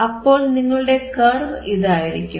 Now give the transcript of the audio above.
അപ്പോൾ നിങ്ങളുടെ കർവ് ഇതായിരിക്കും